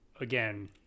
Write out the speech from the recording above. again